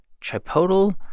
chipotle